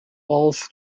falls